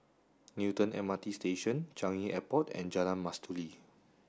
Newton M R T Station Changi Airport and Jalan Mastuli